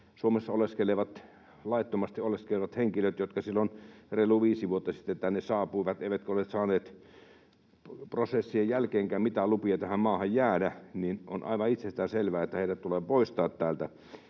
laittomasti oleskelevat henkilöt, jotka silloin reilu viisi vuotta sitten tänne saapuivat, eivätkä ole saaneet prosessien jälkeenkään mitään lupia tähän maahan jäädä. On aivan itsestäänselvää, että heidät tulee poistaa täältä.